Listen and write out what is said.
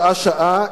שעה-שעה,